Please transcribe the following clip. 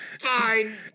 fine